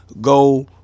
go